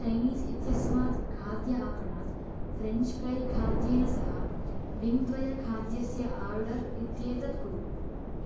Chinese इत्यस्मात् खाद्य आपणात् फ़्रेञ्च् फ़्रै खाद्येन सह विङ्गद्वयखाद्यस्य आर्डर् इत्येतत् कुरु